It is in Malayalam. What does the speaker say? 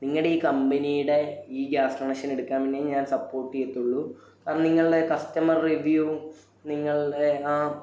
നിങ്ങളുടെ ഈ കമ്പനിയുടെ ഈ ഗ്യാസ് കണക്ഷൻ എടുക്കാൻ പിന്നേ ഞാൻ സപ്പോർട്ട് ചെയ്യത്തുള്ളൂ കാരണം നിങ്ങളൾടെ കസ്റ്റമർ റിവ്യൂ നിങ്ങളുടെ ആ